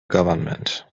government